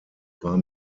war